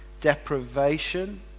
deprivation